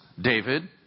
David